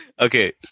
Okay